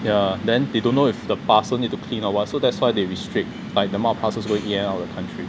ya then they don't know if the parcel need to clean or what so that's why they restrict like the amount of parcels going in and out of the country